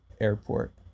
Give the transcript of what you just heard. airport